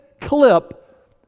clip